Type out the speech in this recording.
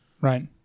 Right